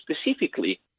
specifically